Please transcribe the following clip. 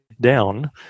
down